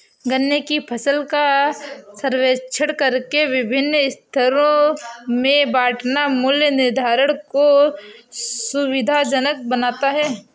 गन्ने की फसल का सर्वेक्षण करके विभिन्न स्तरों में बांटना मूल्य निर्धारण को सुविधाजनक बनाता है